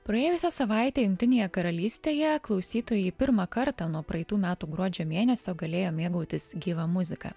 praėjusią savaitę jungtinėje karalystėje klausytojai pirmą kartą nuo praeitų metų gruodžio mėnesio galėjo mėgautis gyva muzika